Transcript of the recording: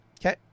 Okay